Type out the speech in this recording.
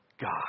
God